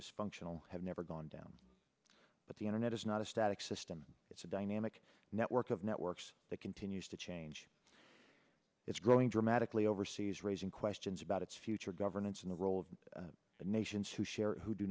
dysfunctional have never gone down but the internet is not a static system it's a dynamic network of networks that continues to change it's growing dramatically overseas raising questions about its future governance and the role of the nations who share who do